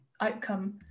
outcome